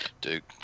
Duke